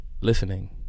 Listening